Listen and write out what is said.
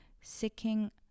seeking